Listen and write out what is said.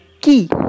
key